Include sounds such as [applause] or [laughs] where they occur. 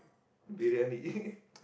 Briyani [laughs]